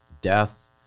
death